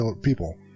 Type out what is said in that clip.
people